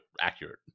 accurate